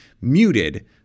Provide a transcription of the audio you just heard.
muted